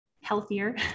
healthier